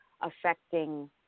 affecting